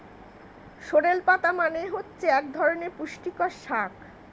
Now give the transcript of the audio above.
sorrel পাতা মানে হচ্ছে এক ধরনের পুষ্টিকর শাক